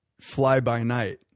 fly-by-night